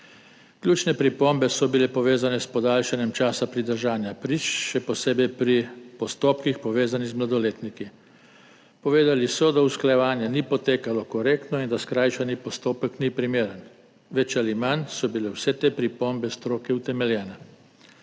Ključne pripombe so bile povezane s podaljšanjem časa pridržanja prič, še posebej pri postopkih, povezanih z mladoletniki. Povedali so, da usklajevanje ni potekalo korektno in da skrajšani postopek ni primeren. Bolj ali manj so bile vse te pripombe stroke utemeljene.